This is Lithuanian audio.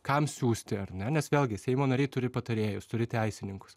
kam siųsti ar ne nes vėlgi seimo nariai turi patarėjus turi teisininkus